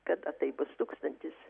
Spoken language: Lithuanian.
kada tai bus tūkstantis